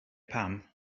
pam